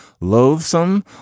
loathsome